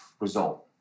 result